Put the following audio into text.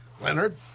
Leonard